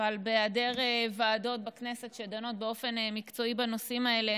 אבל בהיעדר ועדות בכנסת שדנות באופן מקצועי בנושאים האלה,